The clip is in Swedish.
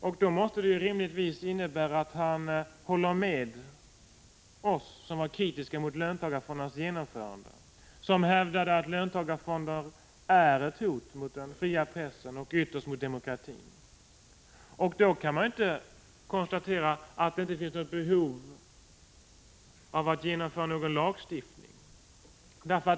Det i sin tur måste rimligtvis innebära att han håller med oss som var kritiska mot löntagarfondernas genomförande och som hävdade att löntagarfonder är ett hot mot den fria pressen och ytterst även mot demokratin. Men då kan man väl inte säga att det inte finns något behov av att genomföra en lagstiftning.